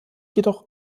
jedoch